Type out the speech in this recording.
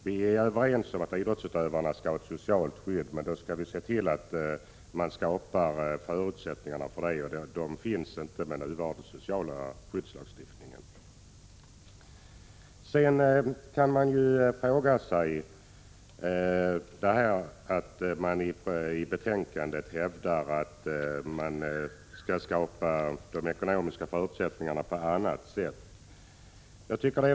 Vi är överens om att idrottsutövarna skall ha ett socialt skydd, men förutsättningar för det finns inte med den nuvarande lagstiftningen. I betänkandet hävdas att de ekonomiska förutsättningarna skall skapas på annat sätt.